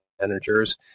managers